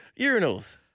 urinals